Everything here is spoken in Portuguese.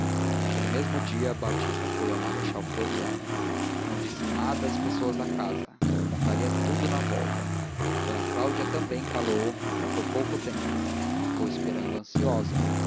naquele mesmo dia batista foi ao marechal floriano não disse nada às pessoas da casa contaria tudo na volta d cláudia também calou era por pouco tempo ficou esperando ansiosa